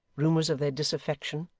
rumours of their disaffection,